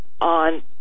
on